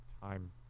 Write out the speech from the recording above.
time